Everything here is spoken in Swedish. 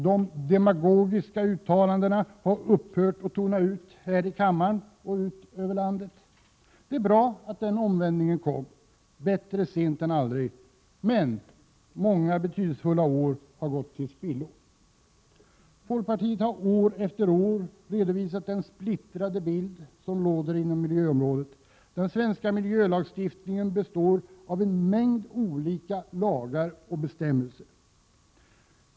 De demagogiska uttalandena har upphört att ljuda här i kammaren — och ut över landet. Det är bra att den omvändningen kom — bättre sent än aldrig! Många betydelsefulla år har dock gått till spillo. Folkpartiet har år efter år redovisat den splittrade bild som råder inom miljöområdet. Den svenska miljölagstiftningen består av en mängd olika lagar och bestämmelser.